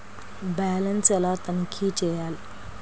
Balance ఎలా తనిఖీ చేయాలి?